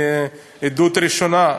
מעדות ראשונה,